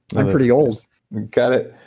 i'm pretty old got it.